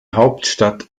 hauptstadt